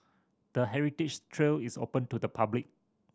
the heritage trail is open to the public